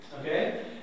okay